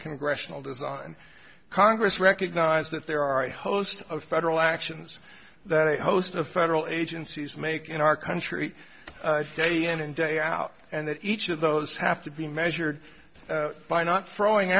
congressional design and congress recognized that there are a host of federal actions that a host of federal agencies make in our country day in and day out and that each of those have to be measured by not throwing